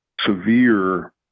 severe